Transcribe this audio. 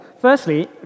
Firstly